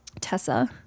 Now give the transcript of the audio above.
Tessa